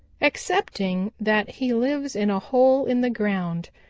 excepting that he lives in a hole in the ground,